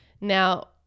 Now